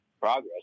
progress